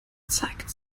zeigt